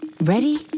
Ready